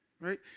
right